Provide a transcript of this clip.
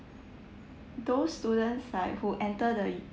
those students like who enter the u~